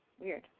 weird